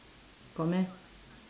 got meh